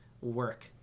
work